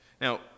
now